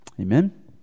Amen